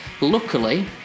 Luckily